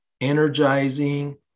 energizing